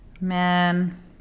Man